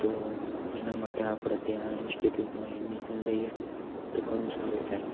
તો એના માટે આપણે ત્યાં ઈન્સ્ટિટ્યૂટમાં એડમિશન લઈએ તો ઘણું સારું થાય